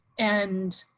and